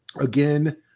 again